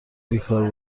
بیکار